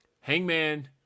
Hangman